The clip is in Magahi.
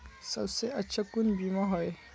सबसे अच्छा कुन बिमा होय?